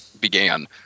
began